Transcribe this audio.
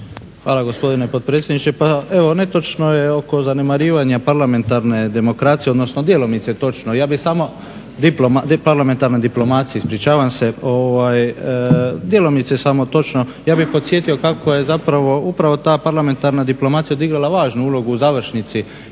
Hvala, gospodine potpredsjedniče. Pa evo netočno je oko zanemarivanja parlamentarne diplomacije, odnosno djelomice točno. Ja bih podsjetio kako je zapravo upravo ta parlamentarna diplomacija odigrala važnu ulogu u završnici